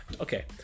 Okay